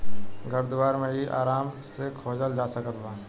घर दुआर मे इ आराम से खोजल जा सकत बा